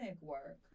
work